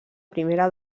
primera